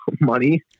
money